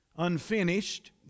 unfinished